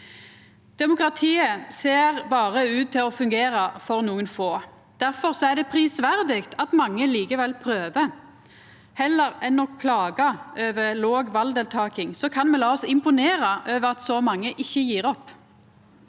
Demokratiet ser berre ut til å fungera for nokon få. Difor er det prisverdig at mange likevel prøver. Heller enn å klaga over låg valdeltaking kan me la oss imponera over at så mange ikkje gjev opp.